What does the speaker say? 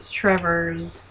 trevor's